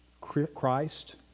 Christ